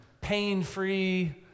pain-free